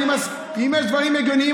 אם יש דברים הגיוניים,